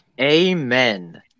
Amen